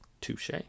Touche